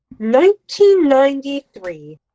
1993